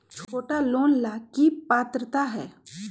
छोटा लोन ला की पात्रता है?